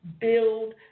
build